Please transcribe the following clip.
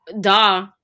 Duh